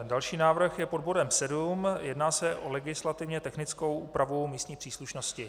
Další návrh je pod bodem 7, jedná se o legislativně technickou úpravu místní příslušnosti.